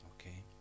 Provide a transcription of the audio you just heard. okay